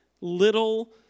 little